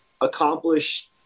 accomplish